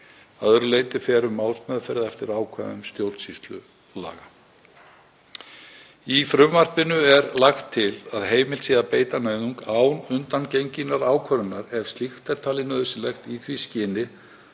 Að öðru leyti fer um málsmeðferð eftir ákvæðum stjórnsýslulaga. Í frumvarpinu er lagt til að heimilt sé að beita nauðung án undangenginnar ákvörðunar ef slíkt er talið nauðsynlegt í því skyni